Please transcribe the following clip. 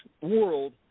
world